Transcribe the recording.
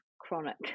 chronic